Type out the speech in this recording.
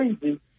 crazy